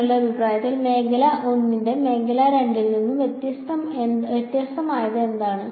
നിങ്ങളുടെ അഭിപ്രായത്തിൽ മേഖല 1 നെ മേഖല 2 ൽ നിന്ന് വ്യത്യസ്തമാക്കുന്നത് എന്താണ്